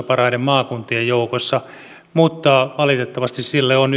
parhaiden maakuntien joukossa valitettavasti sille on